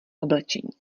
oblečení